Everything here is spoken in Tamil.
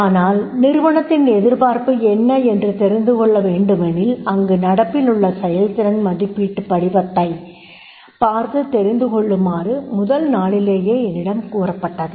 ஆனால் நிறுவனத்தின் எதிர்பார்ப்பு என்ன என்று தெரிந்துகொள்ளவேண்டுமெனில் அங்கு நடப்பில் உள்ள செயல்திறன் மதிப்பீட்டு படிவத்தை பார்த்து தெரிந்து கொள்ளுமாறு முதல் நாளிலேயே என்னிடம் கூறப்பட்டது